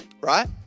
Right